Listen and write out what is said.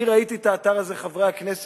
אני ראיתי את האתר הזה, חברי הכנסת,